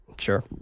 sure